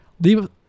leave